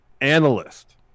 analyst